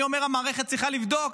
אני אומר שהמערכת צריכה לבדוק.